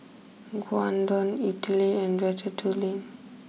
Gyudon Idili and Ratatouille